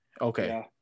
Okay